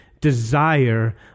desire